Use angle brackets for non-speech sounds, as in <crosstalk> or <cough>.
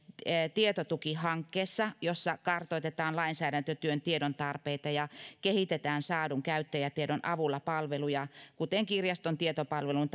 tietotukihankkeessa jossa kartoitetaan lainsäädäntötyön tiedon tarpeita ja kehitetään saadun käyttäjätiedon avulla palveluja kuten kirjaston tietopalvelun <unintelligible>